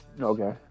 Okay